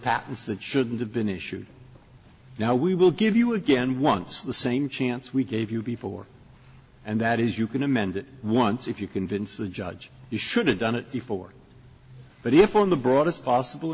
patents that shouldn't have been issued now we will give you again once the same chance we gave you before and that is you can amend it once if you convince the judge you should have done it before but if on the broadest possible